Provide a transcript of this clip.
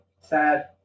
sad